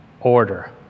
order